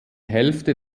hälfte